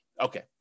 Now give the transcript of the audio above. Okay